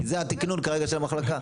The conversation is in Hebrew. זה התקנון כרגע של המחלקה.